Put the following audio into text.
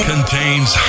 Contains